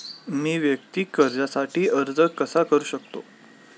मी वैयक्तिक कर्जासाठी अर्ज कसा करु शकते?